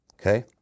okay